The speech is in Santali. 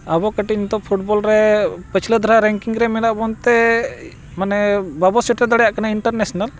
ᱟᱵᱚ ᱠᱟᱹᱴᱤᱡ ᱱᱤᱛᱳᱜ ᱯᱷᱩᱴᱵᱚᱞ ᱨᱮ ᱯᱟᱹᱪᱷᱞᱟᱹ ᱫᱷᱟᱨᱟ ᱨᱮᱝᱠᱤᱝ ᱨᱮ ᱢᱮᱱᱟᱜ ᱵᱚᱱᱛᱮ ᱢᱟᱱᱮ ᱵᱟᱵᱚᱱ ᱥᱮᱴᱮᱨ ᱫᱟᱲᱮᱭᱟᱜ ᱠᱟᱱᱟ ᱤᱱᱴᱟᱨᱱᱮᱥᱱᱮᱞ